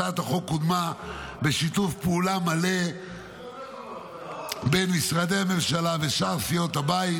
הצעת החוק קודמה בשיתוף פעולה מלא בין משרדי הממשלה ושאר סיעות הבית.